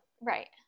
Right